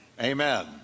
Amen